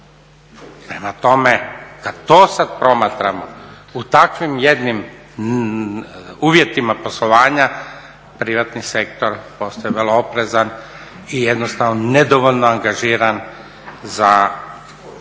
Prema tome, kad to sad promatramo u takvim jednim uvjetima poslovanja privatni sektor postaje vrlo oprezan i jednostavno nedovoljno angažiran za želju